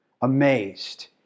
amazed